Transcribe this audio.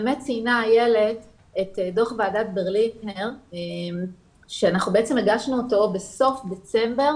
באמת ציינה איילת את דו"ח ועדת ברלינר שבעצם הגשנו אותו בסוף דצמבר